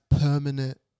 permanent